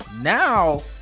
Now